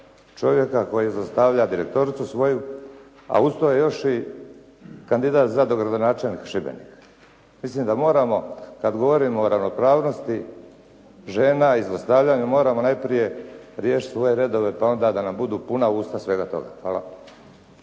čovjeka koji zlostavlja direktoricu svoju a uz to je još i kandidat za dogradonačelnika Šibenika. Mislim da moramo kad govorimo o ravnopravnosti žena i zlostavljanju moramo najprije riješiti svoje redove pa onda da nam budu puna usta svega toga. Hvala.